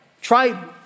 Try